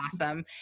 Awesome